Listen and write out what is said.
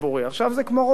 עכשיו, זה כמו רופא,